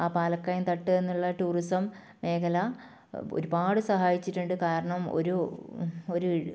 ആ പാലക്കയം തട്ട് എന്നുള്ള ടൂറിസം മേഖല ഒരുപാട് സഹായിച്ചിട്ടുണ്ട് കാരണം ഒരു ഒരു